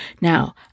Now